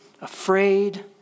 afraid